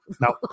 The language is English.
No